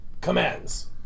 commands